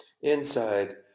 Inside